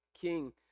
King